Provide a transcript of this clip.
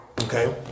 okay